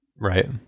right